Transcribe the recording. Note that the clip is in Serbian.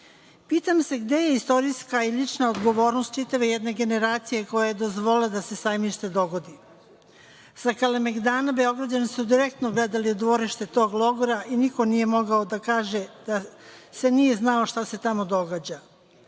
Pitam se – gde je istorijska i lična odgovornost čitave jedne generacije koja je dozvolila da se „Sajmište“ dogodi? Sa Kalemegdana Beograđani su direktno gledali u dvorište tog logora i niko nije mogao da kaže da se nije znalo šta se tamo događa.